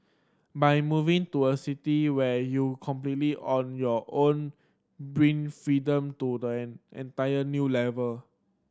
by moving to a city where you completely on your own bring freedom to the an entire new level